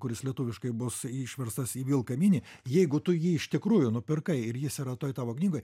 kuris lietuviškai bus išverstas į vilką mini jeigu tu jį iš tikrųjų nupirkai ir jis yra toj tavo knygoj